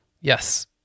yes